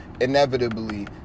inevitably